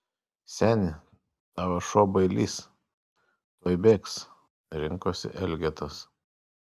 seni tavo šuo bailys tuoj bėgs rinkosi elgetos